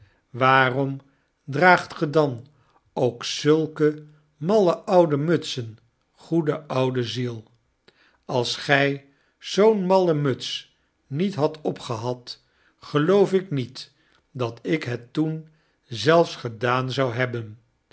waarom draagt gij dan ook zulke malle oude mutsen goede oude ziel als gy zoo'n malle muts niet hadt opgehad geloof ik niet dat ik het toen zelfs gedaan zou hebben